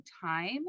time